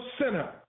sinner